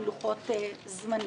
מה לוחות הזמנים.